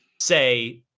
say